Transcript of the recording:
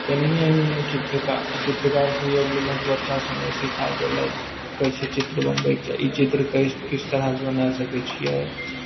तेनाहिए एनाहिए चित्रका चित्रकार सहयोग लेलहुँ तऽ ओ अच्छासँ हमरा सिखा देलक कैसे चित्र बनबैके चाही ई चित्र कैस किस तरहसँ बनाए सकै छियै